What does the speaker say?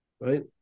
right